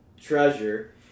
treasure